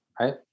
right